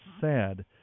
sad